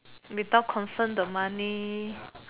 without concern the money